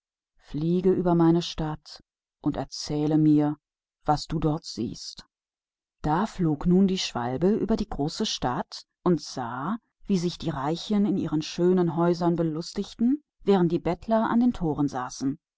fliege über meine stadt kleiner vogel und dann erzähle mir was du darin gesehen hast also flog der schwälberich über die große stadt und sah die reichen froh und lustig in ihren schönen häusern während die bettler an den toren saßen